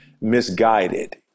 misguided